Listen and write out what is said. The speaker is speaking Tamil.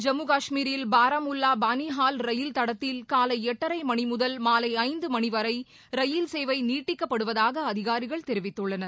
ஜம்மு காஷ்மீரில் பாராமுல்லா பானிஹால் ரயில் தடத்தில் காலை எட்டரை மணி முதல் மாலை ஐந்து மணி வரை ரயில் சேவை நீட்டிக்கப்படுவதாக அதிகாரிகள் தெரிவித்துள்ளனர்